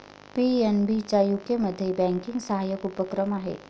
PNB चा यूकेमध्ये banking सहाय्यक उपक्रम आहे